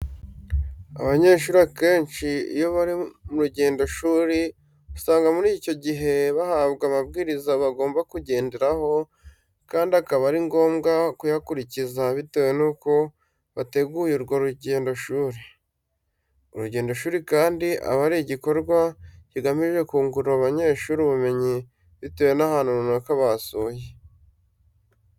Abanyeshuri akenci iyo bari mu rujyendoshuri usanga muri icyo jyihe bahabwa amabwiriza bagomba kujyenderaho kandi akaba ari ngombwa kuyakuricyiza bitewe nuko bateguye urwo rujyendoshuri. Urujyendoshuri kandi aba ari ijyikorwa cyigamije kungura abanyeshuri ubumenyi bitewe n'ahantu runaka basuye .